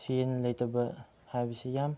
ꯁꯦꯟ ꯂꯩꯇꯕ ꯍꯥꯏꯕꯁꯤ ꯌꯥꯝ